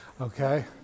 Okay